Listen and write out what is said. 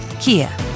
Kia